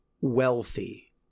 wealthy